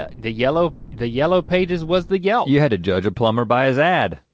ah the yellow the yellow pages was the yelp. you had to judge a plumber by his ad.